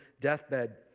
deathbed